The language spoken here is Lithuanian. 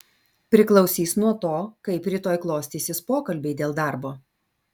priklausys nuo to kaip rytoj klostysis pokalbiai dėl darbo